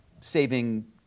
saving